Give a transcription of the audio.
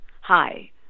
hi